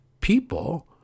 people